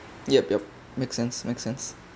yup yup make sense make sense